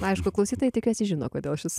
aišku klausytojai tikiuosi žino kodėl šis